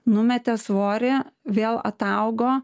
numetė svorio vėl ataugo